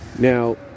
Now